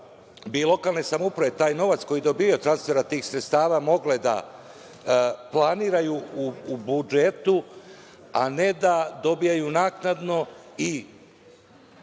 bi lokalne samouprave taj novac koji dobijaju od transfera tih sredstava mogle da planiraju u budžetu, a ne da dobijaju naknadno i